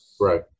Right